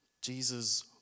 Jesus